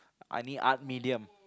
I need art medium